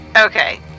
Okay